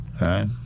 Right